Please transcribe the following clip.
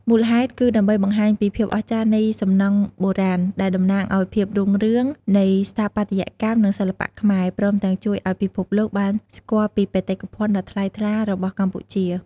មូលហេតុ គឺដើម្បីបង្ហាញភាពអស្ចារ្យនៃសំណង់បុរាណ ដែលតំណាងឲ្យភាពរុងរឿងនៃស្ថាបត្យកម្ម និងសិល្បៈខ្មែរ ព្រមទាំងជួយឲ្យពិភពលោកបានស្គាល់ពីបេតិកភណ្ឌដ៏ថ្លៃថ្លារបស់កម្ពុជា។